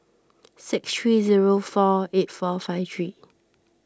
six three zero four eight four five three